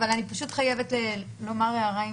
אבל אני חייבת לומר הערה,